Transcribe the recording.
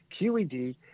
QED